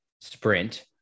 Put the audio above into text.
sprint